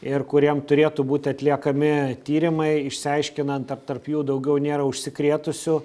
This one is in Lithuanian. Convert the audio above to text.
ir kuriem turėtų būti atliekami tyrimai išsiaiškinant ar tarp jų daugiau nėra užsikrėtusių